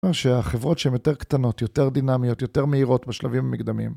זאת אומרת שהחברות שהן יותר קטנות, יותר דינמיות, יותר מהירות בשלבים המקדמים.